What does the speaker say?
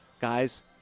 guys